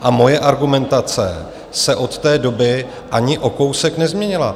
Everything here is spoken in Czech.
A moje argumentace se od té doby ani o kousek nezměnila.